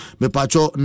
mepacho